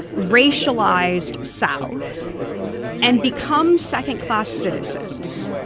racialized south and become second-class citizens?